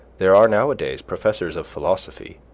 there are nowadays professors of philosophy,